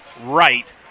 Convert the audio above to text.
right